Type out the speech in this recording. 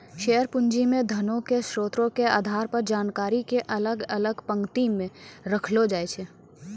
share पूंजी मे धनो के स्रोतो के आधार पर जानकारी के अलग अलग पंक्ति मे रखलो जाय छै